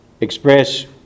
express